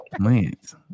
Plants